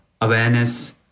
awareness